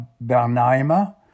Bernheimer